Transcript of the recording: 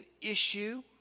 issue